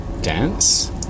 dance